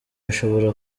ashobora